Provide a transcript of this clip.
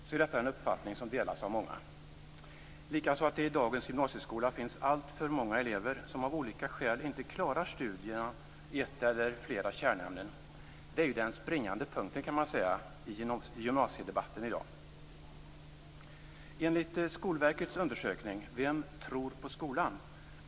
Det är en uppfattning som delas av många. Det gäller också uppfattningen att det i dagens gymnasieskola finns alltför många elever som av olika skäl inte klarar studierna i ett eller flera kärnämnen. Det är ju den springande punkten i gymnasiedebatten i dag. Enligt Skolverkets undersökning Vem tror på skolan?